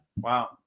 Wow